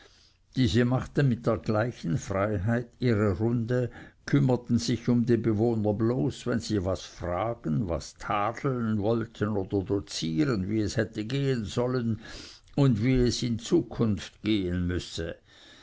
diese machten mit der gleichen freiheit ihre runde kümmerten sich um die bewohner bloß wenn sie was fragen was tadeln wollten und dozieren wie es hätte gehen sollen und wie es in zukunft gehen müsse